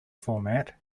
format